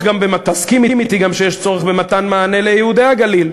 תסכים אתי גם שיש צורך במתן מענה ליהודי הגליל,